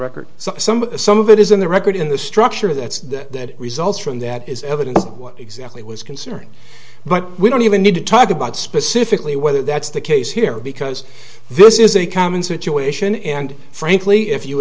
record so some of some of it is in the record in the structure that's that results from that is evidence of what exactly was concerning but we don't even need to talk about specifically whether that's the case here because this is a common situation and frankly if you